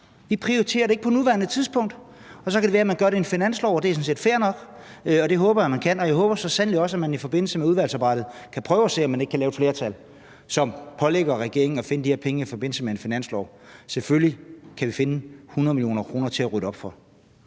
Vi prioriterer det ikke på nuværende tidspunkt. Så kan det være, at man vil gøre det i en finanslov, og det er sådan set fair nok. Det håber jeg at man kan, og jeg håber så sandelig også, at man i forbindelse med udvalgsarbejdet kan prøve at se, om man ikke kan samle et flertal, som pålægger regeringen at finde de her penge i forbindelse med en finanslov. Selvfølgelig kan vi finde 100 mio. kr. til at rydde op for.